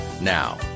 now